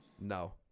No